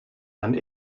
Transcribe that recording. and